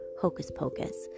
hocus-pocus